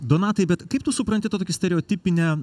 donatai bet kaip tu supranti tą tokį stereotipinę